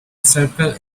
circle